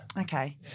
Okay